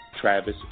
Travis